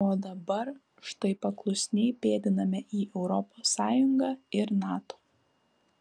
o dabar štai paklusniai pėdiname į europos sąjungą ir nato